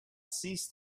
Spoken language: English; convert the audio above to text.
sees